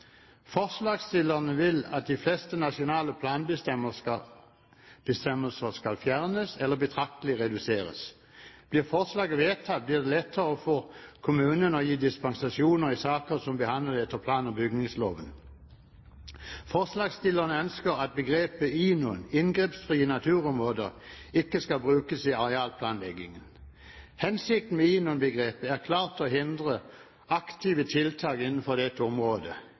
Forslagsstillerne vil at de fleste nasjonale planbestemmelser skal fjernes eller betraktelig reduseres. Blir forslaget vedtatt, blir det lettere for kommunene å gi dispensasjoner i saker som behandles etter plan- og bygningsloven. Forslagsstillerne ønsker at begrepet INON – inngrepsfrie naturområder i Norge – ikke skal brukes i arealplanleggingen. Hensikten med INON-begrepet er klart å hindre aktive tiltak innenfor dette området.